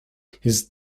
his